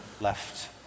left